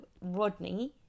rodney